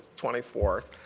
twenty fourth,